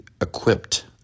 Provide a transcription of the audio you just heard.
equipped